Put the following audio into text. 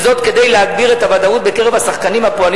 וזאת כדי להגביר את הוודאות בקרב השחקנים הפועלים